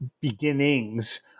beginnings